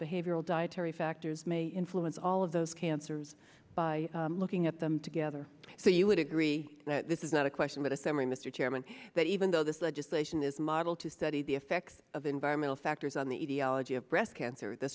behavioral dietary factors may influence all of those cancers by looking at them together so you would agree that this is not a question but a summary mr chairman that even though this legislation is modeled to study the effects of environmental factors on the etiology of breast cancer the